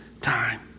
time